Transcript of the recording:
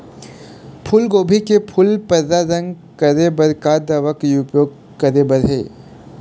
फूलगोभी के फूल पर्रा रंग करे बर का दवा के उपयोग करे बर ये?